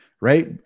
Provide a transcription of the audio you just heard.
right